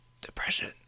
Depression